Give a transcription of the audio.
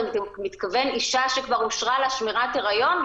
אתה מתכוונת אישה שכבר אושרה לה שמירת היריון?